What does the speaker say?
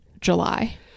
july